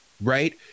right